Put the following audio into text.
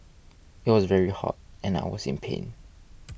it was very hot and I was in pain